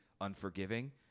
unforgiving